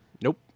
nope